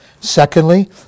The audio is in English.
Secondly